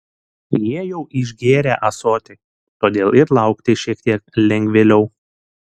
jie jau išgėrę ąsotį todėl ir laukti šiek tiek lengvėliau